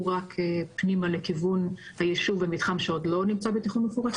רק פנימה לכיוון היישוב ומתחם שעוד לא נמצא בתכנון מפורט.